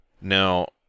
Now